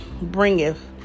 bringeth